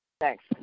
Thanks